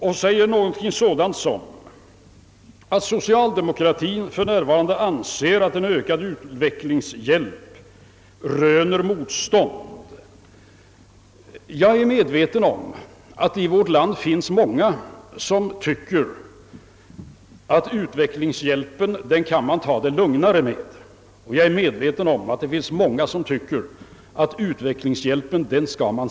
Han sade ungefär som så, att socialdemokratien för närvarande anser att en ökning av utvecklingshjälpen röner motstånd. Jag är medveten om att i vårt land finns många som tycker att man kan ta det lugnare med utvecklingshjälpen, men jag är också medveten om att det är många som anser att man bör satsa hårdare på denna.